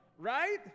right